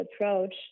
approach